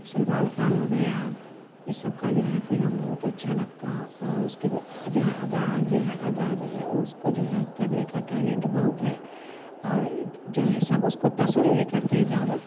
سلمان خان ہو گیا ای سب کا جو ہے فلم بہت اچھا لگتا اور اس کے جو ہے ادا جو ہے ادا جو ہے اس کو جو ہے کرنے کا ٹیلنٹ بہت ہے اور جو ہے سب اس کو پسند بھی کرتے ہیں زیادہ